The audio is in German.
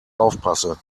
aufpasse